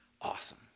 awesome